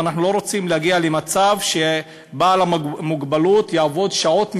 ואנחנו לא רוצים להגיע למצב שבעל המוגבלות יעבוד שעות מסוימות,